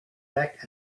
back